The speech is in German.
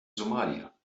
somalia